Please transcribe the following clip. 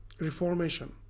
reformation